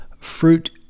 fruit